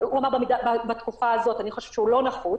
הוא אמר: בתקופה הזאת, ואני חושבת שהוא לא נחוץ